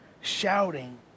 shouting